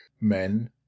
men